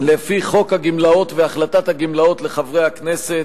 לפי חוק הגמלאות והחלטת הגמלאות לחברי הכנסת,